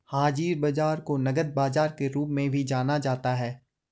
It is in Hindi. हाज़िर बाजार को नकद बाजार के रूप में भी जाना जाता है